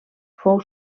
fou